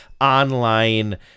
online